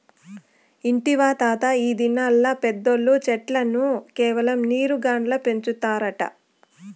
ఇంటివా తాతా, ఈ దినాల్ల పెద్దోల్లు చెట్లను కేవలం నీరు గాల్ల పెంచుతారట